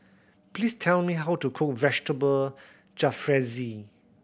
please tell me how to cook Vegetable Jalfrezi